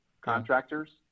contractors